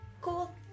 Cool